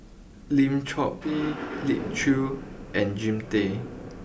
Lim Chor Pee Elim Chew and Jean Tay